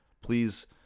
Please